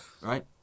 Right